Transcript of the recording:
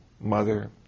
mother